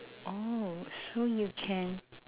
oh so you can